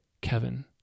Kevin